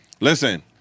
Listen